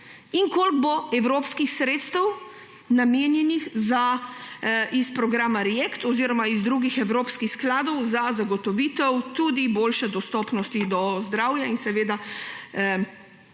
in koliko bo evropskih sredstev, namenjenih iz programa REACT-EU oziroma iz drugih evropskih skladov, za zagotovitev tudi boljše dostopnosti do zdravja in seveda